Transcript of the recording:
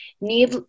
Need